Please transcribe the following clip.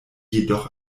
jedoch